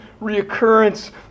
reoccurrence